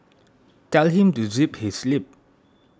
tell him to zip his lip